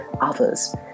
others